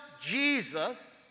Jesus